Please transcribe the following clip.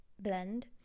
blend